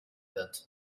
wird